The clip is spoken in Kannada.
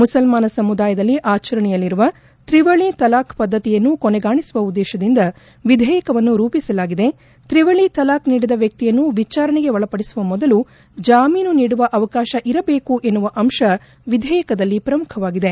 ಮುಸಲ್ಲಾನ ಸಮುದಾಯದಲ್ಲಿ ಆಚರಣೆಯಲ್ಲಿರುವ ತ್ರಿವಳಿ ತಲಾಖ್ ಪದ್ದತಿಯನ್ನು ಕೊನೆಗಾಣಿಸುವ ಉದ್ದೇಶದಿಂದ ವಿಧೇಯಕವನ್ನು ರೂಪಿಸಲಾಗಿದೆ ತ್ರಿವಳಿ ತಲಾಖ್ ನೀಡಿದ ವ್ಯಕ್ತಿಯನ್ನು ವಿಚಾರಣೆಗೆ ಒಳಪಡಿಸುವ ಮೊದಲು ಜಾಮೀನು ನೀಡುವ ಅವಕಾಶ ಇರಬೇಕು ಎನ್ನುವ ಅಂಶ ವಿಧೇಯಕದಲ್ಲಿ ಪ್ರಮುಖವಾಗಿದೆ